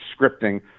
scripting